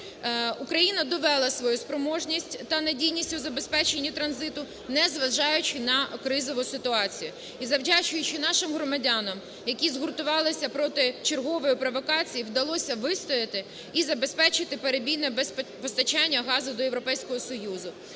Україна довела свою спроможність та надійність у забезпеченні транзиту, незважаючи на кризову ситуацію. І завдячуючи нашим громадянам, які згуртувалися проти чергової провокацій, вдалося виступити і забезпечити безперебійне постачання газу до Європейського Союзу.